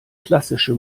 klassische